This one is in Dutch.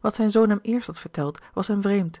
wat zijn zoon hem eerst had verteld was hem vreemd